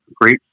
great